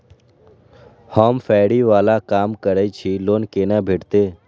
हम फैरी बाला काम करै छी लोन कैना भेटते?